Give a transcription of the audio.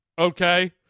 Okay